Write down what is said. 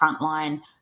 frontline